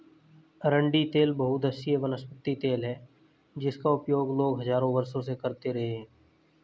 अरंडी तेल बहुउद्देशीय वनस्पति तेल है जिसका उपयोग लोग हजारों वर्षों से करते रहे हैं